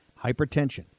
Hypertension